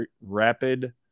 rapid